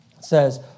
says